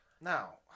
Now